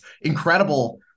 incredible